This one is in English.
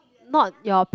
not your pa~